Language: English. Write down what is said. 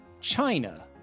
china